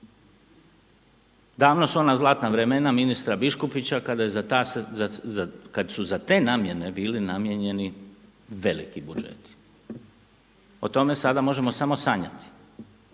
Davno su ona zlatna vremena ministra Biškupića kad su za te namjene bili namijenjeni veliki budžeti. O tome sada možemo samo sanjati.